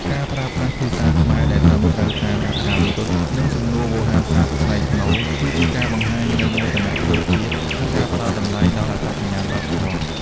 ការប្រើប្រាស់ភាសាខ្មែរដែលត្រឹមត្រូវតាមអក្ខរាវិរុទ្ធ និងសំនួនវោហារស័ព្ទថ្លៃថ្នូរ គឺជាការបង្ហាញនូវមោទនភាពជាតិ និងការផ្តល់តម្លៃដល់អត្តសញ្ញាណវប្បធម៌។